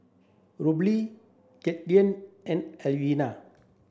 Robley Katlyn and Alvira